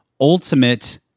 ultimate